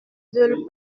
veulent